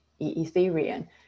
ethereum